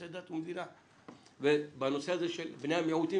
דת ומדינה ובנושא הזה של בני המיעוטים,